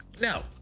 No